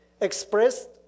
expressed